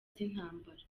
z’intambara